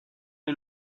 est